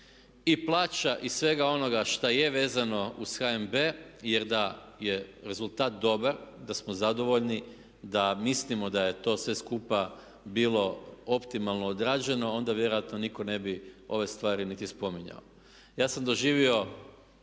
i plaća i svega onoga što je vezano uz HNB jer da je rezultat dobar, da smo zadovoljni, da mislimo da je to sve skupa bilo optimalno odrađeno onda vjerojatno nitko ne bi ove stvari niti spominjao. Ja sam doživio